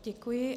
Děkuji.